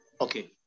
okay